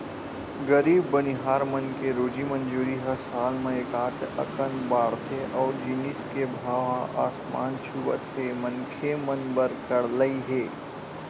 गरीब बनिहार मन के रोजी मंजूरी ह साल म एकात अकन बाड़थे अउ जिनिस के भाव ह आसमान छूवत हे मनखे मन बर करलई हे